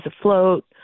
afloat